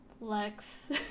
Lex